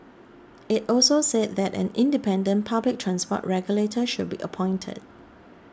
it also said that an independent public transport regulator should be appointed